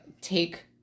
take